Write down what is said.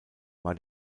war